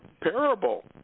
parable